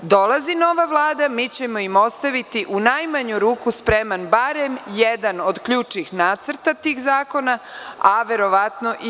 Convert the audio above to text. Dolazi nova vlada, mi ćemo im ostaviti, u najmanju ruku, spreman barem jedan od ključnih nacrta tih zakona, a verovatno i dva.